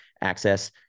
access